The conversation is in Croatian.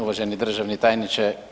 Uvaženi državni tajniče.